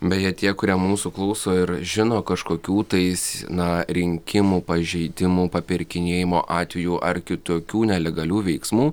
beje tie kurie mūsų klauso ir žino kažkokių tais na rinkimų pažeidimų papirkinėjimo atvejų ar kitokių nelegalių veiksmų